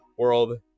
World